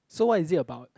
so what is it about